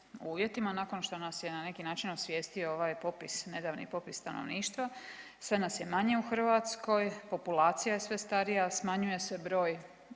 uvjetima nakon što nas je na neki način osvijestio ovaj popis, nedavni popis stanovništva. Sve nas je manje u Hrvatskoj, populacija je sve starija. Smanjuje se broj